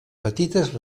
petites